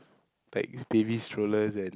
like baby strollers and